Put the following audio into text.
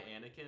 Anakin